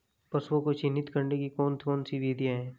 पशुओं को चिन्हित करने की कौन कौन सी विधियां हैं?